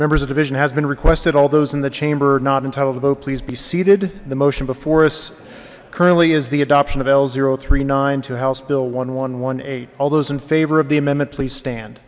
members of division has been requested all those in the chamber not entitled though please be seated the motion before us currently is the adoption of l zero three nine two house bill one one one eight all those in favor of the amendment please stand